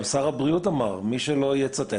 גם שר הבריאות אמר: מי שלא יציית,